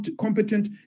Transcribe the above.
competent